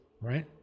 right